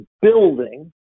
building